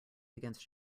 against